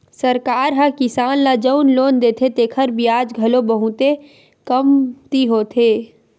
सरकार ह किसान ल जउन लोन देथे तेखर बियाज घलो बहुते कमती होथे